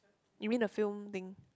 you mean the film thing